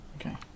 Okay